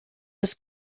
was